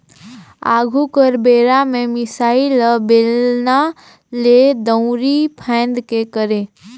आघु कर बेरा में मिसाई ल बेलना ले, दंउरी फांएद के करे